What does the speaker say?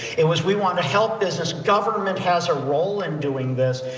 it was we want to help business, government has a role in doing this,